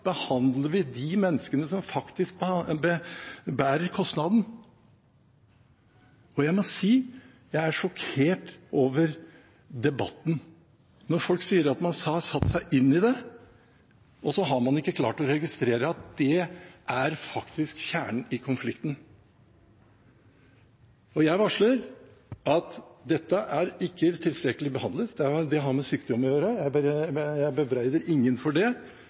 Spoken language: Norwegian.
behandler de menneskene som faktisk bærer kostnaden. Jeg må si at jeg er sjokkert over debatten når folk sier at man har satt seg inn i det, og så har man ikke klart å registrere at det faktisk er kjernen i konflikten! Jeg varsler at dette ikke er tilstrekkelig behandlet, det har med sykdom å gjøre. Jeg bebreider ingen for det,